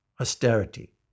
austerity